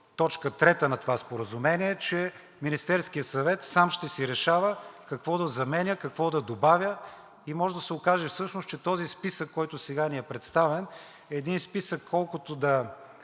точка трета на това споразумение, че Министерският съвет сам ще си решава какво да заменя, какво да добавя и може да се окаже всъщност, че този списък, който сега ни е представен, е един списък колкото да